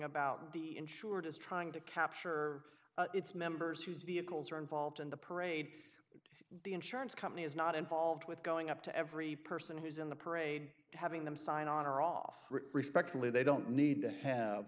about the insured is trying to capture it's members whose vehicles are involved in the parade but the insurance company is not involved with going up to every person who's in the parade having them sign on or off respectfully they don't need to have